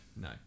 No